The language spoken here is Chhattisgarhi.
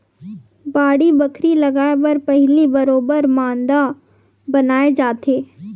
बाड़ी बखरी लगाय बर पहिली बरोबर मांदा बनाए जाथे